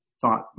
thought